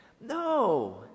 No